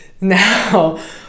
Now